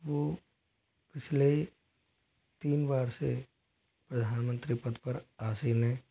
वो पिछले तीन बार से प्रधानमंत्री पद पर आसीन है